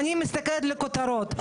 אני מסתכלת על הכותרות,